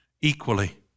equally